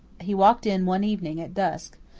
he walked in one evening at dusk,